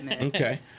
okay